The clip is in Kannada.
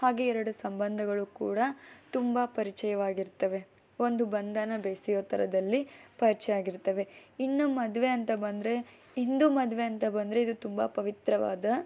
ಹಾಗೆ ಎರಡು ಸಂಬಂಧಗಳು ಕೂಡ ತುಂಬ ಪರಿಚಯವಾಗಿರುತ್ತವೆ ಒಂದು ಬಂಧನ ಬೆಸೆಯೋ ಥರದಲ್ಲಿ ಪರಿಚಯ ಆಗಿರುತ್ತವೆ ಇನ್ನು ಮದುವೆ ಅಂತ ಬಂದರೆ ಹಿಂದೂ ಮದುವೆ ಅಂತ ಬಂದರೆ ಇದು ತುಂಬ ಪವಿತ್ರವಾದ